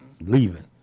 leaving